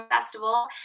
festival